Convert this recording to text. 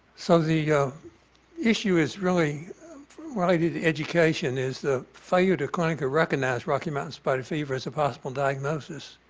so the issue is really related to education is the failure to clinically recognize rocky mountain spotted fever as a possible diagnosis,